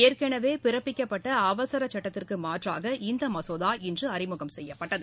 ஏற்கனவே பிறப்பிக்கப்பட்ட அவசர சுட்டத்திற்கு மாற்றாக இந்த மசோதா இன்று அறிமுகம் செய்யப்பட்டது